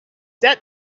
that